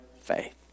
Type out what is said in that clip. faith